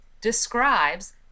describes